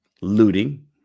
Looting